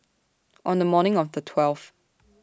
on The morning of The twelfth